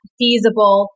feasible